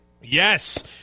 Yes